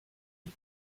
die